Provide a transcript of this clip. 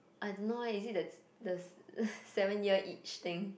I don't know eh is it the the seven year itch thing